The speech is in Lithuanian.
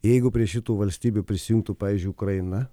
jeigu prie šitų valstybių prisijungtų pavyzdžiui ukraina